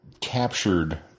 captured